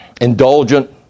indulgent